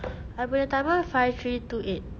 I punya timer five three two eight